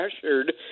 pressured